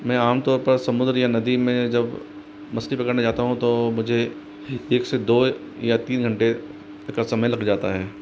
मैं आम तौर पर समुद्र या नदी में जब मछली पकड़ने जाता हूँ तो मुझे ही एक से दो या तीन घंटे का समय लग जाता है